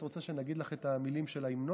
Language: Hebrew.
את רוצה שאני אגיד לך את המילים של ההמנון,